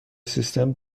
سیستم